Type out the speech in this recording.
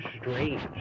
strange